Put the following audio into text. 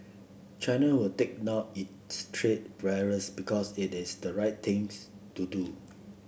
china will take down its trade barriers because it is the right things to do